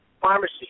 pharmacy